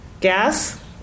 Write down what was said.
gas